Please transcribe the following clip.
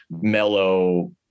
mellow